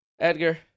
Edgar